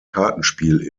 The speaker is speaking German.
kartenspiel